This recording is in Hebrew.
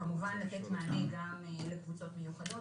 וכמובן לתת מענה גם לקבוצות מיוחדות